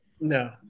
No